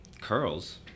Curls